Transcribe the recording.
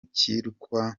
kirwa